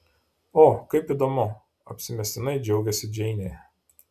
o kaip įdomu apsimestinai džiaugėsi džeinė